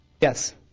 Yes